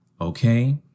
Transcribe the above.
okay